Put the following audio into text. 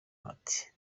ati